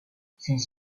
ses